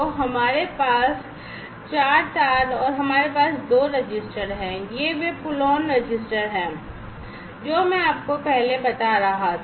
तो हमारे पास 4 तार हैं और हमारे पास 2 रजिस्टर हैं ये वे पुल ऑन रजिस्टर हैं जो मैं आपको पहले बता रहा था